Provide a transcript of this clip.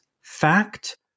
Fact